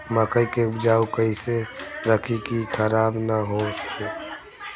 मकई के उपज कइसे रखी की खराब न हो सके?